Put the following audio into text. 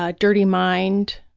ah dirty mind,